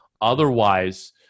Otherwise